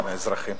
האזרחים.